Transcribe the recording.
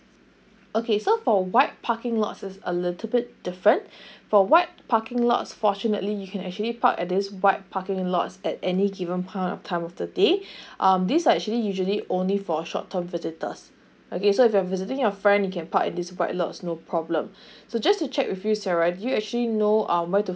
okay so for a white parking lots is a little bit different for white parking lots fortunately you can actually park at this white parking lots at any given point of time of the day um these are actually usually only for short term visitors okay so if you are visiting your friend you can park at this white lots no problem so just to check with you sarah do you actually know um where to